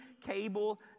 cable